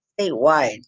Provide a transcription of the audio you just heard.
statewide